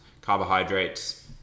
carbohydrates